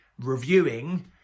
reviewing